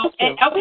okay